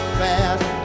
fast